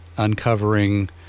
uncovering